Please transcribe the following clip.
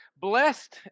Blessed